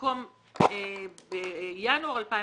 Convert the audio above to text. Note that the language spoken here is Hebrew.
במקום בינואר 2019